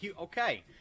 Okay